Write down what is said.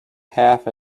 half